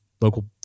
local